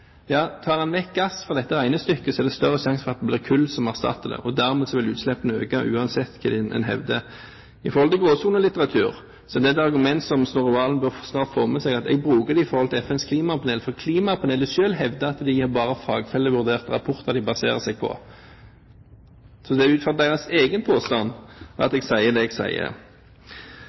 Tar man vekk gass fra dette regnestykket, er det større sjanse for at det blir kull som må erstatte det. Dermed vil utslippene øke uansett hva man hevder. Så til gråsonelitteratur. Det er et argument – som Snorre Serigstad Valen snart bør få med seg – som jeg bruker i forhold til FNs klimapanel. For klimapanelet selv hevder at det bare er fagfellevurderte rapporter de baserer seg på. Så det er ut fra deres egen påstand at jeg sier det jeg sier.